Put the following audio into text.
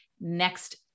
next